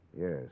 Yes